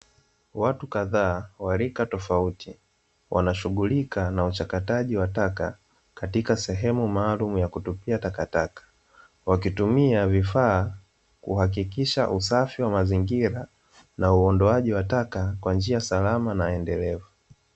Watu kadhaa wa rika tofauti wanashughulika na uchakataji wa taka katika sehemu maalumu ya kutupia takataka, wakitumia vifaa kuhakikisha usafi wa mazingira na uondoaji wa taka kwa njia salama na endelevu.